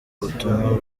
butumwa